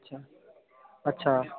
अच्छा अच्छा